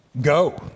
go